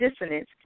dissonance